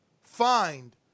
find